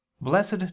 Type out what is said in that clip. blessed